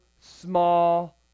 small